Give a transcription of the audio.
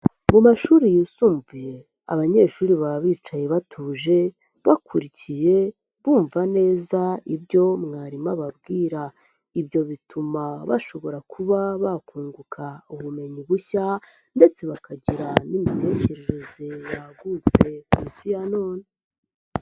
Mu mashuri yisumbuye abanyeshuri baba bicaye batuje, bakurikiye, bumva neza ibyo mwarimu ababwira. Ibyo bituma bashobora kuba bakunguka ubumenyi bushya ndetse bakagira n'imitekerereze yagutse Ku Isi ya none.